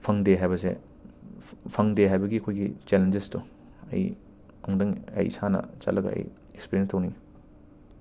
ꯐꯪꯗꯦ ꯍꯥꯏꯕꯁꯦ ꯐꯪꯗꯦ ꯍꯥꯏꯕꯒꯤ ꯑꯩꯈꯣꯏꯒꯤ ꯆꯦꯂꯦꯟꯖꯦꯁꯇꯣ ꯑꯩ ꯑꯃꯨꯛꯇꯪ ꯑꯩ ꯏꯁꯥꯅ ꯆꯠꯂꯒ ꯑꯩ ꯑꯦꯛꯁꯄꯤꯔꯦꯟꯁ ꯇꯧꯅꯤꯡꯉꯦ